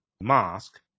Mosque